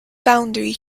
boundary